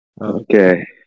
Okay